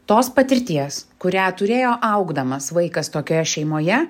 tos patirties kurią turėjo augdamas vaikas tokioje šeimoje